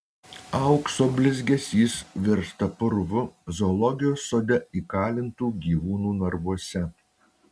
aukso blizgesys virsta purvu zoologijos sode įkalintų gyvūnų narvuose